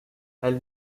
elle